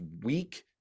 weak